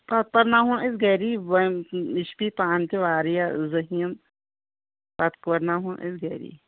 پَتہٕ پَرناوہون أسۍ گَری وۄنۍ یہِ چھِ بیٚیہِ پانہٕ تہِ وارِیاہ ذٔہیٖن پَتہٕ پَرناوہون أسۍ گَری